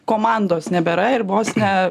komandos nebėra ir vos ne